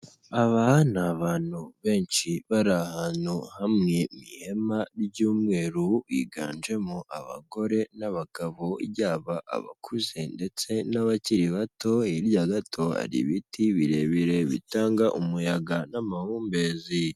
Aba ni abantu benshi bari ahantu hamwe mu ihema ry'umweru, higanjemo abagore n'abagabo yaba abakuze ndetse n'abakiri bato, hirya gato hari ibiti birebire bitanga umuyaga n'amahumbezi.